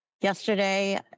yesterday